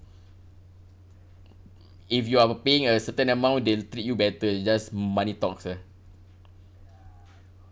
if you are paying a certain amount they'll treat you better just money talks ah